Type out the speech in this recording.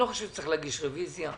אני לא חושב שצריך להגיש רוויזיה.